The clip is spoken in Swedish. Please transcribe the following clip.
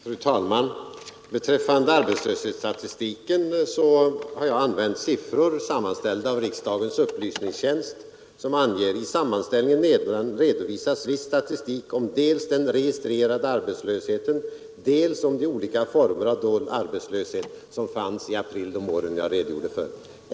Fru talman! Beträffande arbetslöshetsstatistiken kan jag säga att jag använt siffror sammanställda av riksdagens upplysningstjänst, som anger: I sammanställningen redovisas viss statistik dels om den registrerade arbetslösheten, dels om de olika former av dold arbetslöshet som fanns i april de år jag redogjorde för.